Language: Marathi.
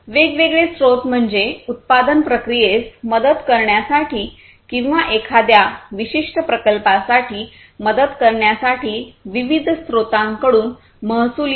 वेगवेगळे स्त्रोत म्हणजे उत्पादन प्रक्रियेस मदत करण्यासाठी किंवा एखाद्या विशिष्ट प्रकल्पासाठी मदत करण्यासाठी विविध स्त्रोतांकडून महसूल येऊ शकतो